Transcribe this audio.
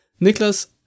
Niklas